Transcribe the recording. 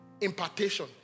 Impartation